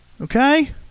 Okay